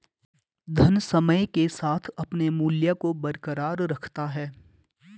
धन समय के साथ अपने मूल्य को बरकरार रखता है